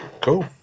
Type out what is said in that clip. Cool